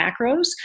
macros